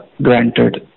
granted